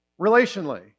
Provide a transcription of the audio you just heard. Relationally